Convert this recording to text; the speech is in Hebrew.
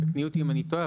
תתקני אותי אם אני טועה,